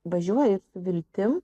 važiuoja viltim